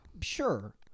Sure